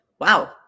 Wow